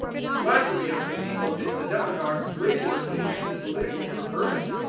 flattery of the people is the demagogue's regular means to political preferment.